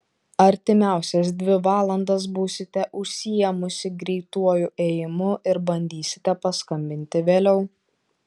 artimiausias dvi valandas būsite užsiėmusi greituoju ėjimu ir bandysite paskambinti vėliau